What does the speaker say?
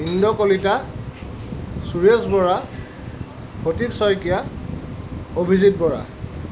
Indra Kalita Suresh Bora Phatik Saikia Abhijit Bora